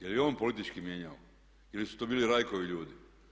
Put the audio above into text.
Je li on politički mijenjao ili su to bili Rajkovi ljudi?